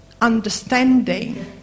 understanding